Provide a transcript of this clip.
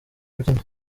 abyina